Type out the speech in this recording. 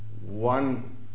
one